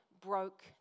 broke